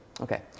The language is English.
Okay